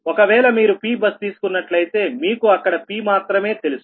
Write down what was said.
ఒకవేళ మీరు P bus తీసుకున్నట్లయితే మీకు అక్కడ Pమాత్రమే తెలుసు